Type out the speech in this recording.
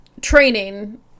training